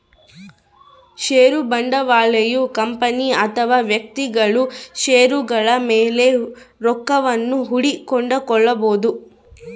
ಷೇರು ಬಂಡವಾಳಯು ಕಂಪನಿ ಅಥವಾ ವ್ಯಕ್ತಿಗಳು ಷೇರುಗಳ ಮೇಲೆ ರೊಕ್ಕವನ್ನು ಹೂಡಿ ಕೊಂಡುಕೊಳ್ಳಬೊದು